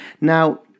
Now